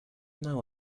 know